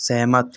सहमत